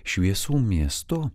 šviesų miestu